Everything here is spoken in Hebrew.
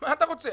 מה אתה רוצה?